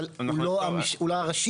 אבל הוא לא הראשי.